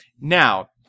Now